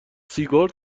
سیگار